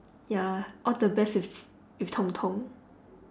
ya all the best with qi~ tong-tong